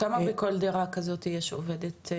כמה בכל דירה כזאת יש עובדות?